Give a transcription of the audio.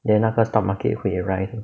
then 那个 stock market 会 rise